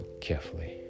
carefully